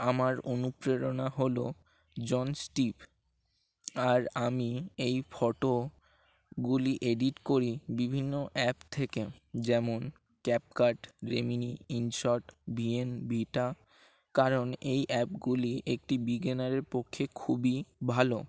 আমার অনুপ্রেরণা হল জন স্টিভ আর আমি এই ফটোগুলি এডিট করি বিভিন্ন অ্যাপ থেকে যেমন CapCut Remini InShot B N V টা কারণ এই অ্যাপগুলি একটি বিজ্ঞানারের পক্ষে খুবই ভালো